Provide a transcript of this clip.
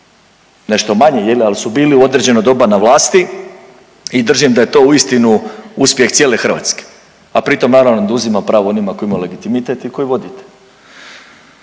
nešto manji ali su bili u određeno doba na vlasti. I držim da je to uistinu uspjeh cijele Hrvatske, a pritom naravno da uzima pravo onima koji ima legitimitet i koji vodite.